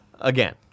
again